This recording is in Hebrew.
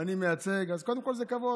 ואני מייצג, אז קודם כול זה כבוד,